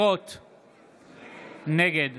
נגד